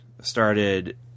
started